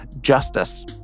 Justice